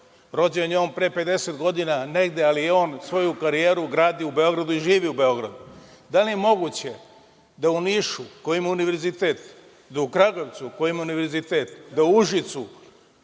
rođen je on pre 50 godina negde, ali je on svoju karijeru gradio u Beogradu i živi u Beogradu. Da li je moguće da u Nišu, koji ima univerzitet, da u Kragujevcu, koji takođe ima univerzitet, da u Užicu,